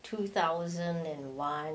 two thousand and one